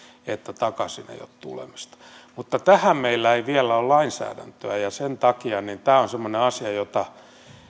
että takaisin ei ole tulemista mutta tähän meillä ei vielä ole lainsäädäntöä ja sen takia tämä on semmoinen asia jota